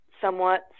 somewhat